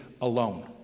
alone